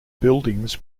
buildings